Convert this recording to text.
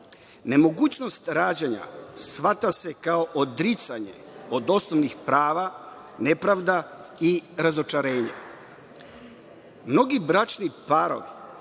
sredinu. Nemogućnost rađanja shvata se kao odricanje od osnovnih prava, nepravda i razočarenje.